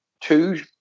two